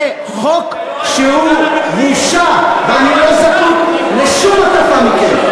זה חוק שהוא בושה, ואני לא זקוק לשום הטפה מכם.